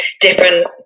different